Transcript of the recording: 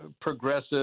progressive